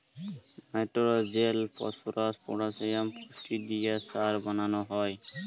লাইট্রজেল, phosphate, potassium পুষ্টি দিঁয়ে সার বালাল হ্যয়